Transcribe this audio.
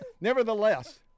nevertheless